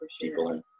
People